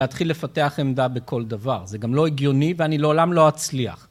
להתחיל לפתח עמדה בכל דבר, זה גם לא הגיוני ואני לעולם לא אצליח.